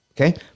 Okay